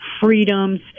Freedoms